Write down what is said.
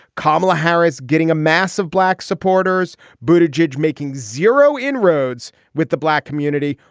kamala harris getting a mass of black supporters booted jej, making zero inroads with the black community.